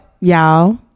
y'all